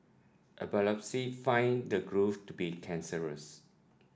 a biopsy found the growth to be cancerous